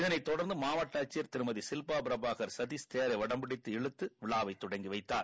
இதனைத் தொடர்ந்து மாவட்ட ஆட்சியர் ஷில்பா பிரபாகர் கதீஷ் தேரை வடம்பிடித்து இழுத்து விழாவை தொடங்கி வைத்தார்